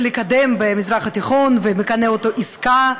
לקדם במזרח התיכון ומכנה אותו "עסקה",